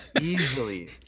Easily